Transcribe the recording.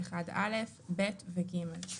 1א' ב' ו-ג'.